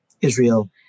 Israel